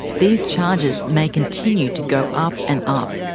these charges may continue to go up and up.